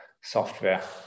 software